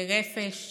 ברפש,